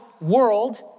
world